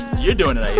you doing it?